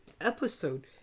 episode